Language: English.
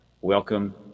Welcome